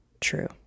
true